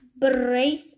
brace